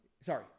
sorry